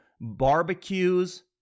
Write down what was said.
barbecues